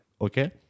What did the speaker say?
Okay